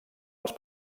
els